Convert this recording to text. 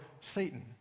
Satan